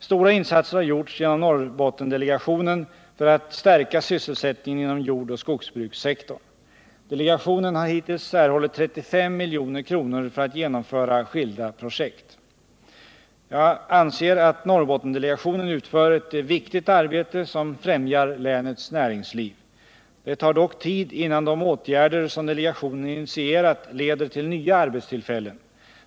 Stora insatser har gjorts genom Norrbottendelegationen för att stärka sysselsättningen inom jordoch skogsbrukssektorn. Delegationen har hittills erhållit 35 milj.kr. för att genomföra skilda projekt. Jag anser att Norrbottendelegationen utför ett viktigt arbete som främjar länets näringsliv. Det tar dock tid innan de åtgärder som delegationen initierat leder till nya arbetstillfällen.